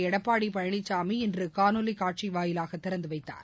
Edappadi Palaniswami இன்றுகாணொலிகாட்சிவாயிலாகதொடங்கிவைத்தார்